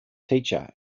teacher